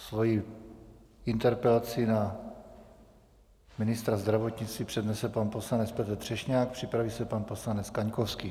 Svoji interpelaci na ministra zdravotnictví přednese pan poslanec Petr Třešňák, připraví se pan poslanec Kaňkovský.